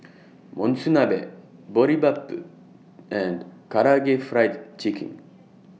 Monsunabe Boribap and Karaage Fried Chicken